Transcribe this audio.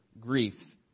grief